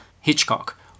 Hitchcock